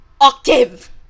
Octave